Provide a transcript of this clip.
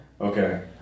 Okay